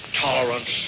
tolerance